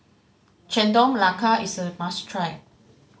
Chendol Melaka is a must try